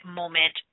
moment